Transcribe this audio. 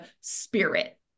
spirit